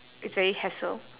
it's very hassle